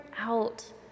out